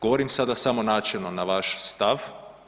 Govorim sada samo načelno na vaš stav.